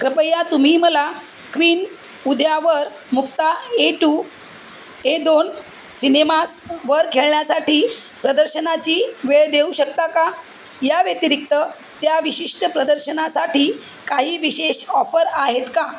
कृपया तुम्ही मला क्विन उद्यावर मुक्ता ए टू ए दोन सिनेमासवर खेळण्यासाठी प्रदर्शनाची वेळ देऊ शकता का या व्यतिरिक्त त्या विशिष्ट प्रदर्शनासाठी काही विशेष ऑफर आहेत का